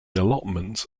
allotments